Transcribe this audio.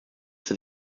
for